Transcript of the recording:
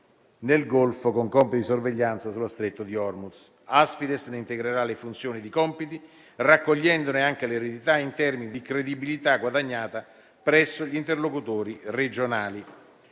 nel Golfo, con compiti di sorveglianza nello stretto di Hormuz. Aspides ne integrerà le funzioni e i compiti, raccogliendone anche l'eredità in termini di credibilità guadagnata presso gli interlocutori regionali.